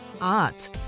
Art